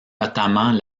notamment